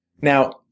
Now